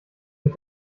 mit